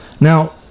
Now